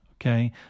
okay